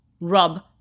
rub